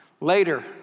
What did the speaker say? Later